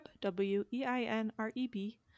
W-E-I-N-R-E-B